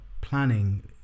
planning